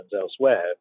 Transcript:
elsewhere